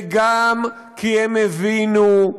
וגם כי הם הבינו,